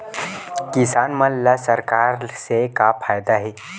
किसान मन ला सरकार से का फ़ायदा हे?